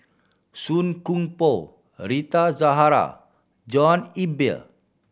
Song Koon Poh Rita Zahara John Eber